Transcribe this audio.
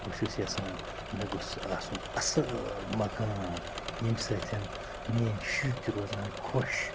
بہٕ چھُس یَژھان مےٚ گوٚژھ آسُن اصۭل مکان ییٚمہِ سۭتۍ میٛٲنۍ شُرۍ تہِ روزِ ہان خۄش